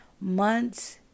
Months